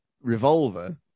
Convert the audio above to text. revolver